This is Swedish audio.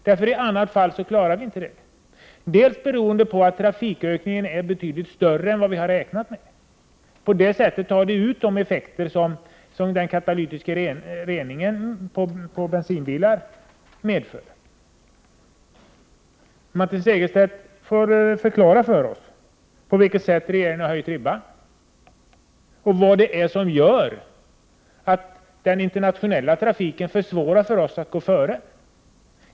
I annat fall klarar vi inte det uppsatta målet, bl.a. beroende på att trafikökningen blivit betydligt större än vi räknat med, vilket förtar effekterna av den katalytiska Prot. 1988/89:120 avgasreningen på bensinbilar. Martin Segerstedt får alltså förklara för oss på 24 maj 1989 vilket sätt regeringen höjt ribban och vad det är som gör att den internationella trafiken försvårar för oss att gå före.